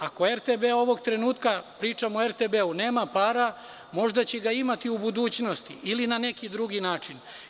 Ako RTB ovog trenutka, pričam o RTB, nema para, možda će imati u budućnosti ili na neki drugi način.